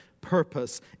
purpose